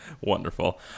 Wonderful